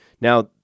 Now